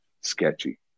sketchy